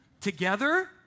Together